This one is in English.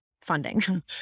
funding